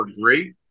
great